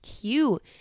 cute